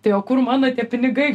tai o kur mano tie pinigai